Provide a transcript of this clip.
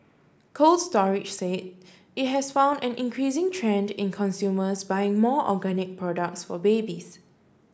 Cold Storage said it has found an increasing trend in consumers buying more organic products for babies